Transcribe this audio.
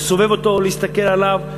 לסובב אותו או להסתכל עליו,